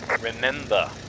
Remember